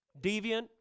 deviant